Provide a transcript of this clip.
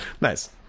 Nice